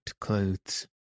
clothes